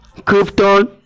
krypton